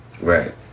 Right